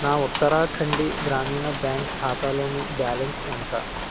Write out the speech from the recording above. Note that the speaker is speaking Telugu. నా ఉత్తరాఖండి గ్రామీణ బ్యాంక్ ఖాతాలోని బ్యాలన్స్ ఎంత